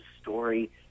story